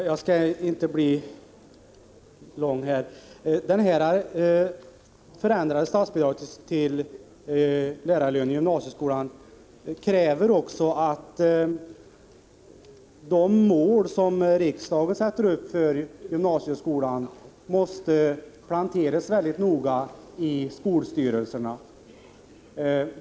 Herr talman! Jag skall fatta mig kort. Det förändrade statsbidraget till lärarlöner i gymnasieskolan kräver också att de mål som riksdagen sätter upp för gymnasieskolan måste ”planteras” mycket noga i skolstyrelserna.